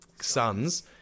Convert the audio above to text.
sons